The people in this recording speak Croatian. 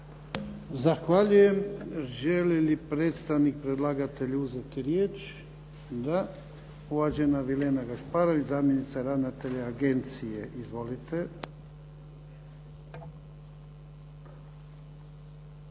Zahvaljujem. Želi li predstavnik predlagatelja uzeti riječ? Da. Uvažena Vilena Gašparović, zamjenica ravnatelja agencije. Izvolite.